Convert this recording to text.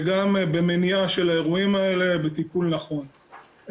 וגם במניעה של האירועים האלה בטיפול נכון.